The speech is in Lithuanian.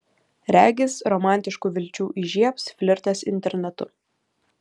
regis romantiškų vilčių įžiebs flirtas internetu